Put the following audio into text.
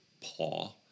paw